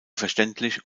verständlich